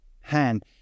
hand